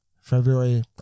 February